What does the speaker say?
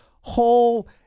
whole